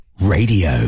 Radio